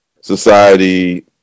society